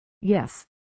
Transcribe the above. Yes